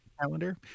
Calendar